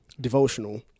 devotional